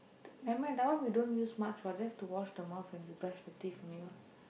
nevermind that one we don't use much what just to wash the mouse and to brush the teeth only what